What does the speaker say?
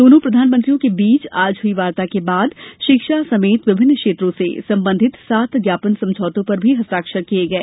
दोनों प्रधानमंत्रियों के बीच आज हुई वार्ता के बाद शिक्षा समेत विभिन्न क्षेत्रों से संबंधित सात ज्ञापन समझौतों पर भी हस्ताक्षर किये गए